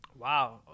Wow